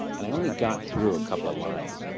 and i only got through a couple of lines